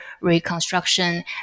reconstruction